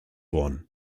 worden